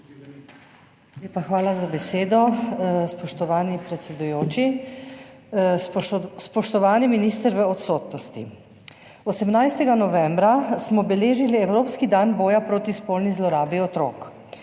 lepa za besedo, spoštovani predsedujoči. Spoštovani minister v odsotnosti! 18. novembra smo beležili evropski dan boja proti spolni zlorabi otrok.